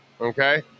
Okay